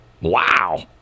Wow